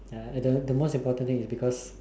ya and the the most important thing is because